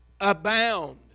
Abound